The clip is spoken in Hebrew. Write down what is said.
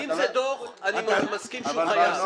אם זה דוח, אני מסכים שהוא חייב.